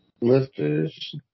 lifters